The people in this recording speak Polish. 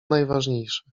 najważniejsze